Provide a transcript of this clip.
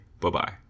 Bye-bye